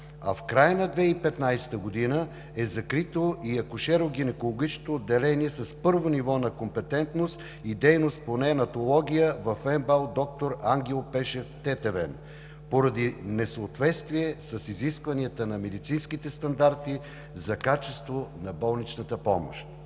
В края на 2015 г. е закрито и акушеро-гинекологичното отделение с първо ниво на компетентност и дейност по неонатология в МБАЛ „Ангел Пешев“ – Тетевен, поради несъответствие с изискванията на медицинските стандарти за качество на болничната помощ.